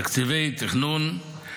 תקציבי תכנון,